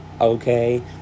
okay